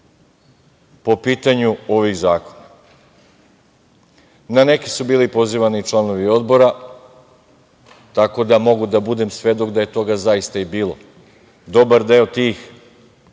po pitanju ovih zakona. Na neki su bili pozivani članovi Odbora, tako da mogu da budem svedok da je toga zaista i bilo, dobar deo tih